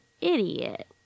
idiot